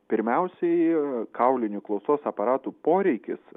pirmiausiai kaulinių klausos aparatų poreikis